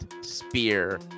spear